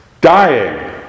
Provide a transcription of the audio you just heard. dying